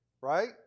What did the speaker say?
right